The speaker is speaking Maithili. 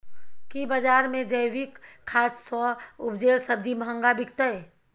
की बजार मे जैविक खाद सॅ उपजेल सब्जी महंगा बिकतै?